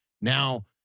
Now